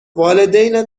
والدینت